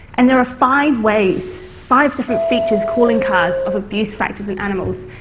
and there are five ways, five different features, calling cards of abuse factors in animals,